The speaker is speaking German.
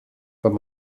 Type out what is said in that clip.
wenn